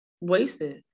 wasted